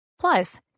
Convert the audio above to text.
Plus